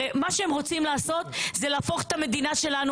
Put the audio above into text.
הרי הם רוצים להפוך את המדינה שלנו